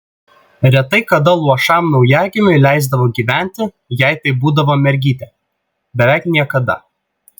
retai kada luošam naujagimiui leisdavo gyventi jei tai būdavo mergytė beveik niekada